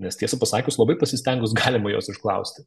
nes tiesą pasakius labai pasistengus galima jos išklausti